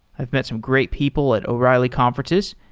i've met some great people at o'reilly conferences,